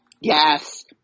Yes